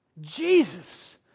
Jesus